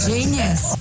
Genius